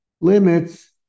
limits